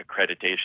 accreditation